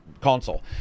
console